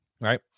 right